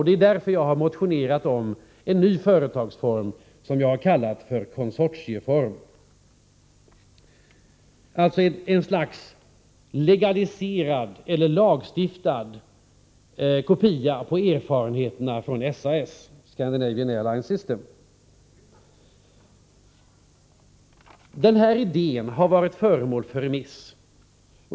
Det är därför jag har motionerat om en ny företagsform, som jag har kallat konsortieform. Det skulle vara ett slags legaliserad kopia på erfarenheterna från SAS, Scandinavian Airlines Systems. Den här idén har varit föremål för remiss.